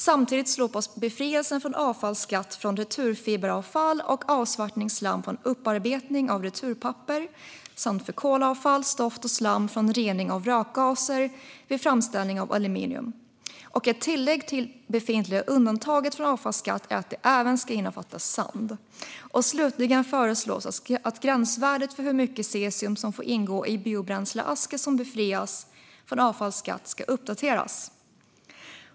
Samtidigt slopas befrielsen från avfallsskatt för returfiberavfall och avsvärtningsslam från upparbetning av returpapper samt för kolavfall, stoft och slam från rening av rökgaser vid framställning av aluminium. Ett tillägg till det befintliga undantaget från avfallsskatt är att det även ska innefatta sand. Slutligen föreslås att gränsvärdet för hur mycket cesium som får ingå i biobränsleaska som befrias från avfallsskatt ska uppdateras.